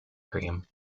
cream